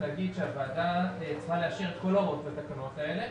הוועדה צריכה לאשר את כל ההוראות והתקנות האלה,